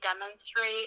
demonstrate